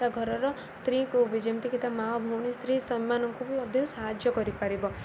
ତା ଘରର ସ୍ତ୍ରୀକୁ ବି ଯେମିତିକି ତା ମା ଭଉଣୀ ସ୍ତ୍ରୀ ସେମାନଙ୍କୁ ବି ମଧ୍ୟ ସାହାଯ୍ୟ କରିପାରିବ